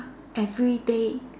everyday